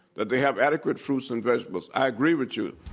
that they have adequate fruits and vegetables, i agree with you. the